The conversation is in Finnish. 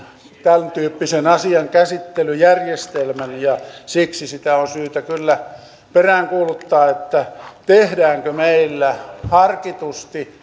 tämäntyyppisen asian käsittelyjärjestelmän siksi sitä on syytä kyllä peräänkuuluttaa tehdäänkö meillä harkitusti